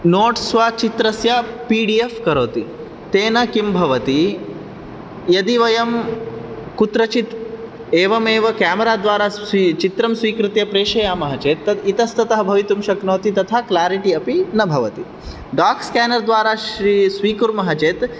notes वा चित्रस्य P D F करोति तेन किं भवति यदि वयं कुत्रचित् एवमेव केमराद्वारा स्वी चित्रं स्वीकृत्य प्रेषयामः चेत् तत् इतस्तः भवितुं शक्नोति तथा क्लेरिटी अपि न भवति डोक्स्केनर्द्वारा श्री स्वीकुर्मः चेत्